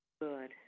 Good